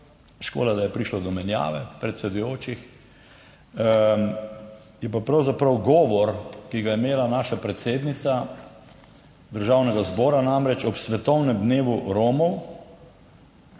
škoda, da je prišlo do menjave predsedujočih –, govor, ki ga je imela naša predsednica, Državnega zbora ob svetovnem dnevu Romov